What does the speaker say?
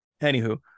Anywho